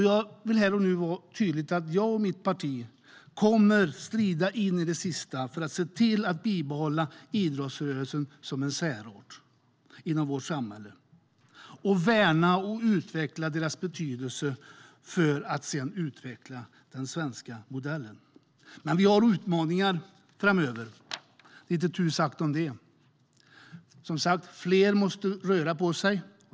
Jag vill här och nu vara tydlig med att jag och mitt parti in i det sista kommer att strida för att bibehålla idrottsrörelsen som en särart i vårt samhälle och värna och utveckla dess betydelse, för att sedan utveckla den svenska modellen. Men vi har utmaningar framöver. Det är det inte tu tal om. Fler måste röra på sig.